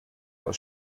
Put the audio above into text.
aus